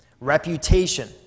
reputation